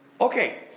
Okay